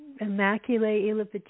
Immaculate